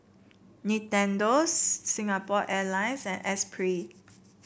Nintendo's Singapore Airlines and Esprit